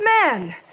man